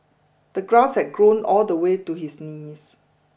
the grass had grown all the way to his knees